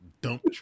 dump